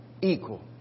equal